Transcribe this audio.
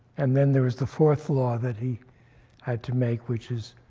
and then there was the fourth law that he had to make, which is